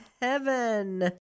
heaven